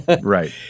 Right